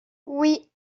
oui